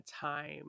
time